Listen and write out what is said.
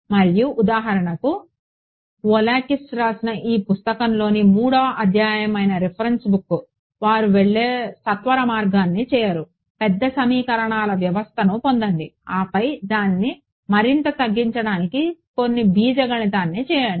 మరియు ఉదాహరణకు వోలాకిస్ రాసిన ఈ పుస్తకంలోని 3వ అధ్యాయం అయిన రిఫరెన్స్ బుక్ వారు వెళ్ళే సత్వరమార్గాన్ని చేయరు పెద్ద సమీకరణాల వ్యవస్థను పొందండి ఆపై దానిని మరింత తగ్గించడానికి కొన్ని బీజగణితాన్ని చేయండి